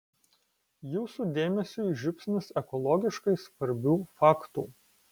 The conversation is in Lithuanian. jūsų dėmesiui žiupsnis ekologiškai svarbių faktų